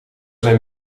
zijn